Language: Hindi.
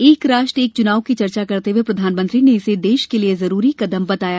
एक राष्ट्र एक चुनाव की चर्चा करते हुए प्रधानमंत्री ने इसे देश के लिये जरूरी कदम बताया